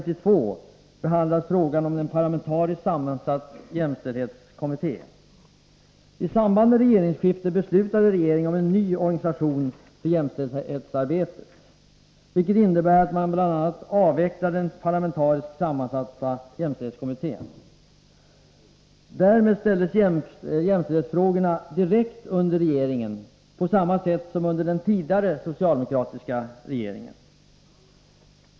I samband med regeringsskiftet beslutade regeringen om en ny organisation för jämställdhetsarbetet, vilket innebär att man bl.a. avvecklade den parlamentariskt sammansatta jämställdhetskommittén. Därmed ställdes jämställdhetsfrågorna direkt under regeringen på samma sätt som under den tidigare socialdemokratiska regeringen.